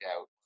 out